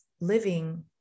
living